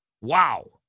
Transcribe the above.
Wow